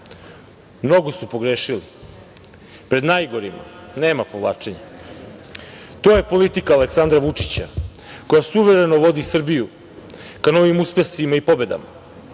Mnogo su pogrešili. Pred najgorima nema povlačenja. To je politika Aleksandra Vučića, koja suvereno vodi Srbiju ka novim uspesima i pobedama